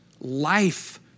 life